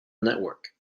network